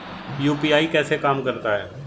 UPI कैसे काम करता है?